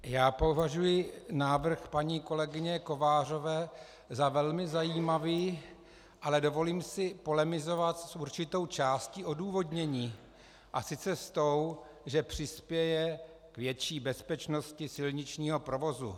Já považuji návrh paní kolegyně Kovářové za velmi zajímavý, ale dovolím si polemizovat s určitou částí odůvodnění, a sice s tou, že přispěje k větší bezpečnosti silničního provozu.